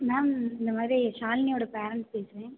ma'am இந்தமாதிரி ஷாலினியோட parent பேசுகிறேன்